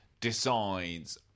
decides